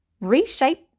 Reshape